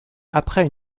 après